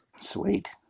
sweet